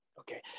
Okay